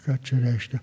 ką čia reiškia